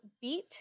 BEAT